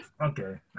Okay